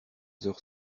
heures